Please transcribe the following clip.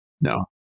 No